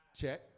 Check